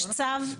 יש צו.